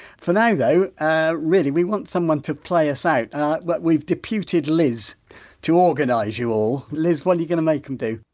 for now, though, ah really, we want someone to play us out and but we've deputed liz to organise you all. liz, what are you going to make them do?